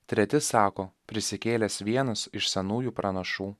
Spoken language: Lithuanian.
treti sako prisikėlęs vienas iš senųjų pranašų